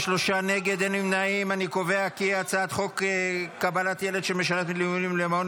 את הצעת חוק קבלת ילד של משרת מילואים למעון